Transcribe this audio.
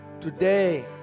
today